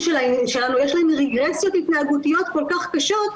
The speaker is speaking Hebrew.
שלנו רגרסיות התנהגויות כל כך קשות,